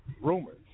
rumors